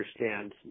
understand